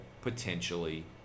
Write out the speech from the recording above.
potentially